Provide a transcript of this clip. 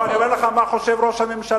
אני אומר לך מה חושב ראש הממשלה,